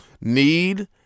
need